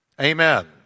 Amen